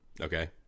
Okay